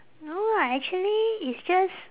no lah actually it's just